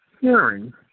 hearing